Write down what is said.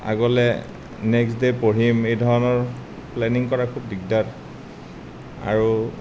আগলে নেক্স দেত পঢ়িম এই ধৰণৰ প্লেনিং কৰাত খুব দিগদাৰ আৰু